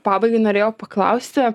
pabaigai norėjau paklausti